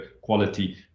quality